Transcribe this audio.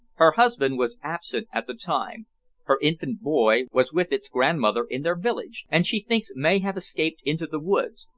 her husband was absent at the time her infant boy was with its grandmother in their village, and she thinks may have escaped into the woods,